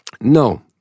No